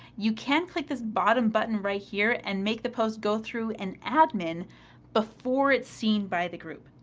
you can click this bottom button right here and make the post go through an admin before it's seen by the group.